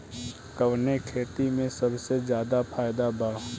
कवने खेती में सबसे ज्यादा फायदा बा?